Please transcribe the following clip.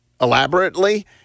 elaborately